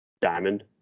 diamond